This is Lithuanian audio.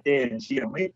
artėjant žiemai